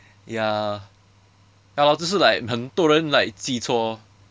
ya ya lor 就是 like 很多人 like 记错